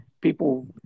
people